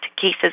cases